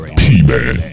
p-man